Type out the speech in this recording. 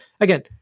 again